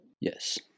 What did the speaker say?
Yes